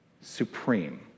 supreme